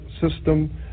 system